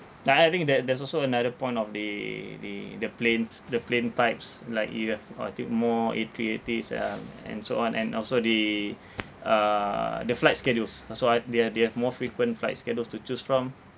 ya I think that that's also another point of the the the planes the plane types like you have altude more a three eighties um and so on and also they uh the flight schedules so I they they have more frequent flight schedules to choose from